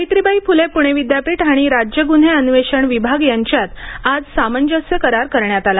सावित्रीबाई फुले पुणे विद्यापीठ आणि राज्य गुन्हे अन्वेषण विभाग यांच्यात आज सामंजस्य करार करण्यात आला